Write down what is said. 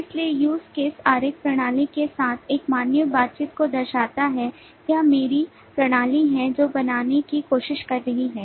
इसलिए use case आरेख प्रणाली के साथ एक मानवीय बातचीत को दर्शाता है यह मेरी प्रणाली है जो बनाने की कोशिश कर रही है